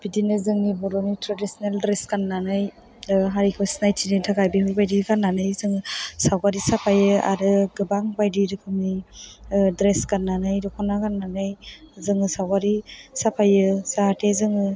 बिदिनो जोंनि बर'नि ट्रेजिसनेल ड्रेस गाननानै हारिखौ सिनायथि होनो थाखाय बेफोरबायदि गाननानै जों सावगारि साफायो आरो गोबां बायदि रोखोमनि ड्रेस गाननानै दख'ना गाननानै जोङो सावगारि साफायो जाहाथे जोङो